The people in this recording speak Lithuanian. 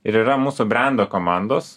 ir yra mūsų brendo komandos